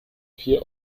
vier